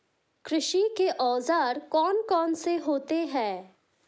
कृषि के औजार कौन कौन से होते हैं?